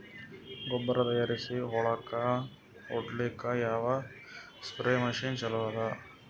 ಗೊಬ್ಬರ ತಯಾರಿಸಿ ಹೊಳ್ಳಕ ಹೊಡೇಲ್ಲಿಕ ಯಾವ ಸ್ಪ್ರಯ್ ಮಷಿನ್ ಚಲೋ ಅದ?